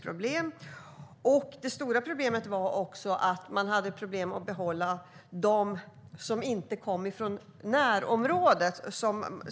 Det stora problemet var att kunna behålla de soldater som inte kom från närområdet.